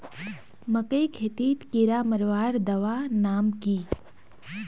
मकई खेतीत कीड़ा मारवार दवा नाम की?